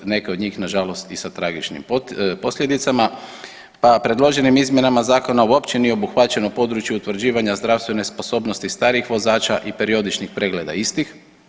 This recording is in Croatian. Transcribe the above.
Neke od njih na žalost i sa tragičnim posljedicama, pa predloženim izmjenama zakona uopće nije obuhvaćeno područje utvrđivanja zdravstvene sposobnosti starijih vozača i periodičnih pregleda istih.